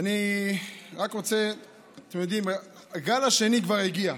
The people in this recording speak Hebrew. אתם יודעים, הגל השני כבר הגיע.